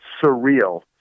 surreal